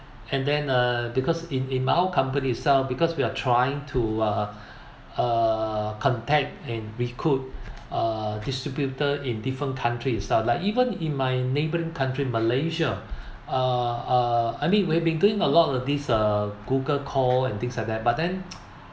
and then uh because in in my all company itself because we are trying to uh uh contact and recruit uh distributor in different countries itself like even in my neighbour country malaysia uh uh I mean we've been doing a lot of these uh google call and things like that but then